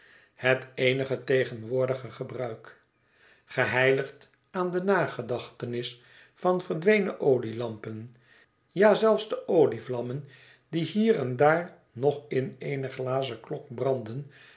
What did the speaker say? het eenige tegenwoordige gebruik geheiligd aan de nagedachtenis van verdwenen olielampen ja zelfs de olievlammen die hier en daar nog in eene glazen klok branden